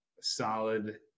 solid